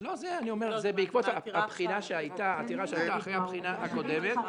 לא, זה בעקבות העתירה שהייתה אחרי הבחינה הקודמת.